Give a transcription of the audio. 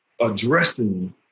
addressing